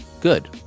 good